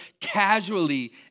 casually